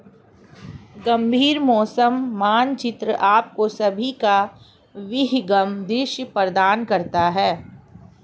गंभीर मौसम मानचित्र आपको सभी का विहंगम दृश्य प्रदान करता है